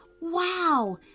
Wow